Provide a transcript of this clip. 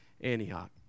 Antioch